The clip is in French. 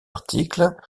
articles